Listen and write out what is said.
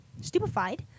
stupefied